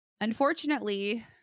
Unfortunately